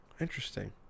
Interesting